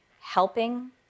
helping